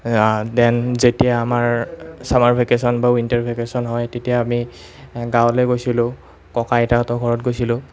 ডেন যেতিয়া আমাৰ summer vacation বা উইণ্টাৰ ভেকেশ্ব্যন হয় তেতিয়া আমি গাঁৱলৈ গৈছিলোঁ ককা আইতাহঁতৰ ঘৰত গৈছিলোঁ